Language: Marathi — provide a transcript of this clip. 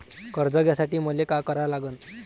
कर्ज घ्यासाठी मले का करा लागन?